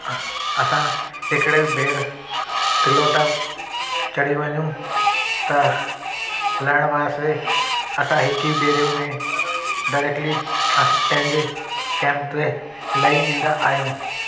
असां हिकिड़े ॿिए टिलो टॉप चढ़ी वञूं त लहण वास्ते असां हिकु ई भेरे में डायरक्टली पंहिंजे कैम्प ते लही ईंदा आहियूं